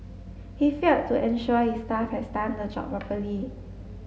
he failed to ensure his staff has done the job properly